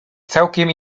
całkiem